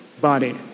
body